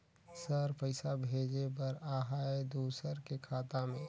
Sir पइसा भेजे बर आहाय दुसर के खाता मे?